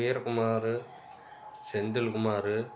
Veerakumar Senthilkumar